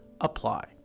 apply